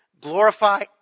glorify